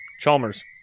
Chalmers